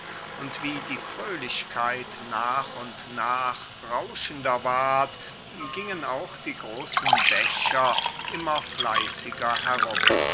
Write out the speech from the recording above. und wie die fröhlichkeit nach und nach rauschender ward gingen auch die großen becher immer fleißiger herum